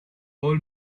all